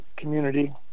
community